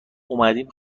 اومدیم